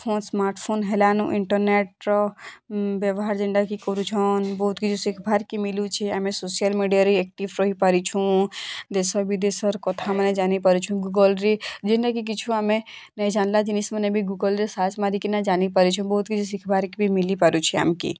phone smart phone ହେଲାନୁ ଇଣ୍ଟରନେଟ୍ର ବ୍ୟବହାର ଯେନ୍ଟା କି କରୁଛନ୍ ବହୁତ୍ କିଛି ଶିଖିବାର୍କେ ମିଳୁଛେ ଆମେ ସୋସିଆଲ୍ ମିଡ଼ିଆରେ ଆକ୍ଟିଭ୍ ରହି ପାରିଛୁଁ ଦେଶ ବିଦେଶର କଥାମାନେ ଜାଣିପାରୁଛୁଁ ଗୁଗୁଲ୍ରେ ଯେନ୍ଟା କି କିଛୁ ଆମେ ନେଇଁ ଜାନିଲା ଜିନିଷ୍ମାନେ ବି ଗୁଗୁଲ୍ରେ ସାର୍ଚ୍ଚ୍ ମାରି କିନା ଜାନିପାରୁଛୁଁ ବହୁତ୍ କିଛି ଶିଖିପାର୍ବାର୍କେ ମିଲି ପାରୁଛିଁ ଆମ୍କେ